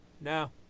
No